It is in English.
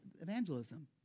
evangelism